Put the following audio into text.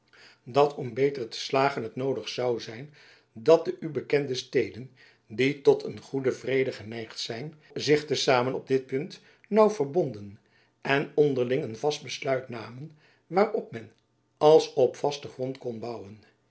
dat om beter te slagen het noodig zoû zijn dat de u bekende steden die tot een goeden vrede geneigd zijn zich te samen op dit punt naauw verbonden en onderling een vast besluit namen waarop men als op vasten grond kon bouwen